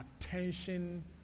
attention